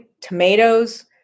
tomatoes